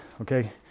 okay